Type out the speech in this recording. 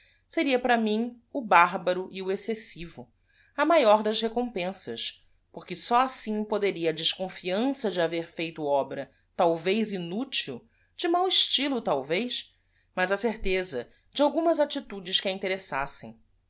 seria para mim o bárbaro e o excessivo a maior das recompensas porque só assim poderia a desconfiança de haver feito obra talvez inútil de mau estylo talvezmas a certeza de de algumas altitudes que a interessasem